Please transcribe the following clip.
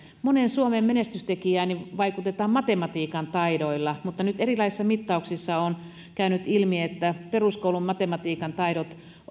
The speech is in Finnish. moneen suomen menestystekijään vaikutetaan matematiikan taidoilla mutta erilaisissa mittauksissa on käynyt ilmi että peruskoulun matematiikan taidot